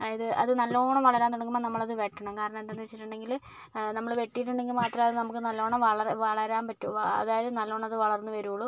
അതായത് അത് നല്ലവണ്ണം വളരാൻ തുടങ്ങുമ്പോൾ നമ്മൾ അത് വെട്ടണം കാരണം എന്താണെന്ന് വെച്ചിട്ടുണ്ടെങ്കിൽ നമ്മൾ വെട്ടിയിട്ടുണ്ടെങ്കിൽ മാത്രമേ അത് നമുക്ക് നല്ലവണ്ണം വല വളരാൻ പറ്റൂ അതായത് നല്ലവണ്ണം അത് വളർന്ന് വരികയുള്ളൂ